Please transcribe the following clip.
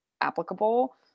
applicable